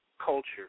Culture